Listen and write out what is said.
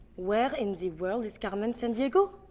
where in the world is carmen san diego?